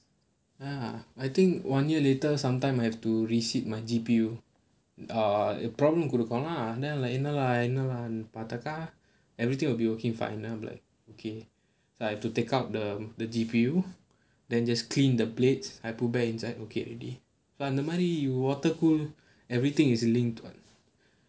ya I think one year later sometime I have to recede my G_P_U ah problem கொடுத்தனா என்ன:koduththanaa lah என்ன:enna lah பார்த்தாக்கா:paarthakka everything will be okay fine then I'm like okay so I have to take out the the G_P_U than just clean the blades I put back inside okay already but the minute you water cool everything is linked [what]